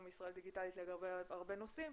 מישראל דיגיטלית לגבי הרבה נושאים,